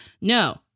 No